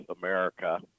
America